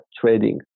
trading